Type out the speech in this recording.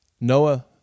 Noah